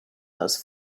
those